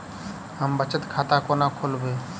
हम बचत खाता कोना खोलाबी?